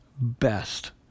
best